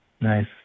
nice